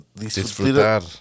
disfrutar